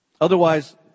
Otherwise